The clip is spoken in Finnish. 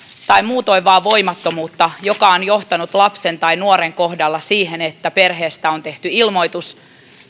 tai muutoin vain voimattomuutta joka on johtanut lapsen tai nuoren kohdalla siihen että perheestä on tehty ilmoitus